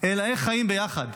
אלא איך חיים ביחד,